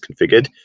configured